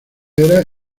era